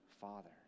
father